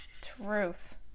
truth